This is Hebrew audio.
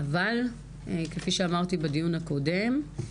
אבל כפי שאמרתי בדיון הקודם,